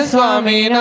Swami